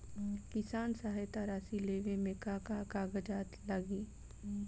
किसान सहायता राशि लेवे में का का कागजात लागी?